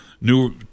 new